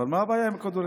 אבל מה הבעיה עם כדורגל?